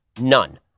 None